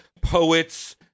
poets